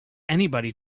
anybody